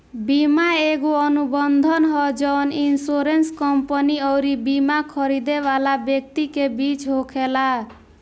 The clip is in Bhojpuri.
बीमा एगो अनुबंध ह जवन इन्शुरेंस कंपनी अउरी बिमा खरीदे वाला व्यक्ति के बीच में होखेला